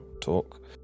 talk